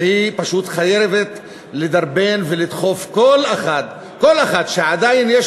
שהיא פשוט חייבת לדרבן ולדחוף כל אחד שעדיין יש